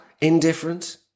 Indifferent